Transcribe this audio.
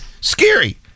Scary